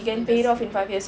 he just keep it